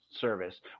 Service